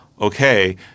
okay